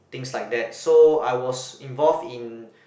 things like that so I was involve in